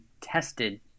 tested